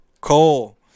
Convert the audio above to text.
cole